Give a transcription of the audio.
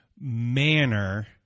manner